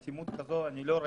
אטימות כזו אני לא ראיתי,